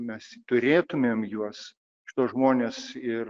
mes turėtumėm juos šituos žmones ir